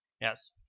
Yes